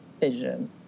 vision